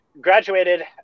graduated